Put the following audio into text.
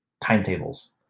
timetables